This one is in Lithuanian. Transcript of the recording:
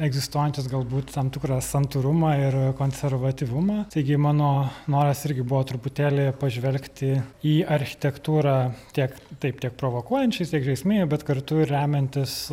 egzistuojančias galbūt tam tikrą santūrumą ir konservatyvumą taigi mano noras irgi buvo truputėlį pažvelgti į architektūrą tiek taip tiek provokuojančiai tiek žaismingai bet kartu ir remiantis